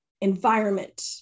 environment